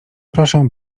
proszę